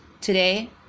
today